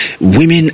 Women